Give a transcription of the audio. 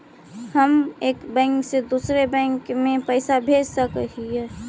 हम एक बैंक से दुसर बैंक में पैसा भेज सक हिय?